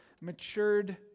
matured